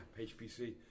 HPC